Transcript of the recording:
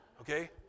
okay